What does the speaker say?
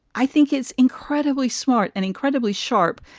i think is incredibly smart and incredibly sharp.